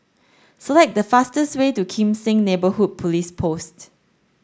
select the fastest way to Kim Seng Neighbourhood Police Post